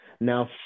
Now